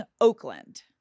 Oakland